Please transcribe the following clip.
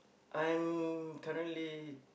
I'm currently